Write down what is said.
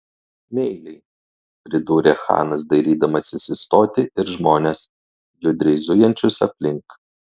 meiliai pridūrė chanas dairydamasis į stotį ir žmones judriai zujančius aplink